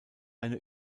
eine